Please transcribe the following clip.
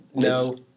No